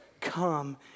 Come